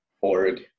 org